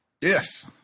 Yes